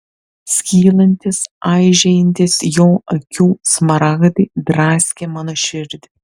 skylantys aižėjantys jo akių smaragdai draskė mano širdį